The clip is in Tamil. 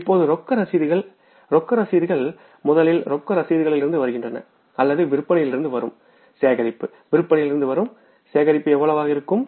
இப்போது ரொக்க ரசீதுகள் ரொக்க ரசீதுகள் முதலில் ரொக்க பெறுதலில்லிருந்து வருகின்றன அல்லது விற்பனையிலிருந்து வரும் சேகரிப்பு விற்பனையிலிருந்து வரும் சேகரிப்பு எவ்வளவாக இருக்கும்